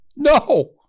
No